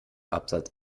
absatz